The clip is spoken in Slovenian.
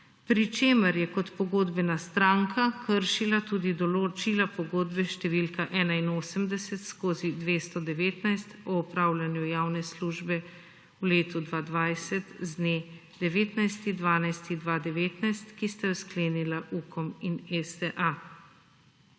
pri čemer je kot pogodbena stranka kršila tudi določila pogodbe številka 81/219 o opravljanju javne službe v letu 2020 z dne 19. 12. 2019, ki sta jo sklenila UKOM in STA.